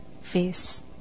face